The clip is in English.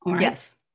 yes